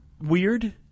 weird